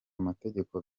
amategeko